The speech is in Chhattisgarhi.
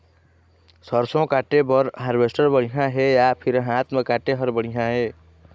सरसों काटे बर हारवेस्टर बढ़िया हे या फिर हाथ म काटे हर बढ़िया ये?